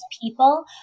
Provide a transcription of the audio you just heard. people